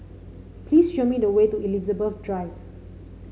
please show me the way to Elizabeth Drive